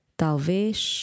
talvez